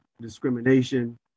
discrimination